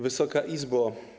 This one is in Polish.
Wysoka Izbo!